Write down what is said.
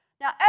Now